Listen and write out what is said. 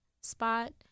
spot